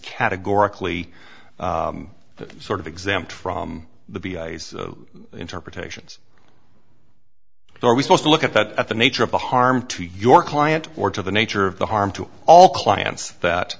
categorically that sort of exempt from the interpretations are we supposed to look at that at the nature of the harm to your client or to the nature of the harm to all clients